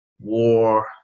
war